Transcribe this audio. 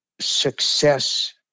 success